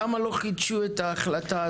למה לא חידשו את ההחלטה הזאת?